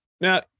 Now